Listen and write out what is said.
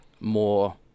more